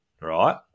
right